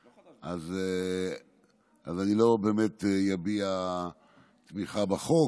אז אני לא באמת אביע תמיכה בחוק,